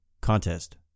contest